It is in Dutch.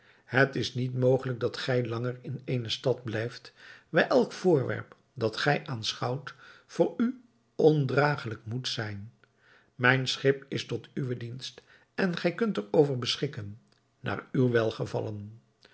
het is niet mogelijk dat gij langer in eene stad blijft waar elk voorwerp dat gij aanschouwt voor u ondragelijk moet zijn mijn schip is tot uwe dienst en gij kunt er over beschikken naar uw welgevallen